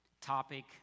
topic